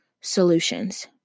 solutions